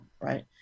right